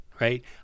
right